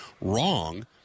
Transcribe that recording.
wrong